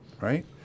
Right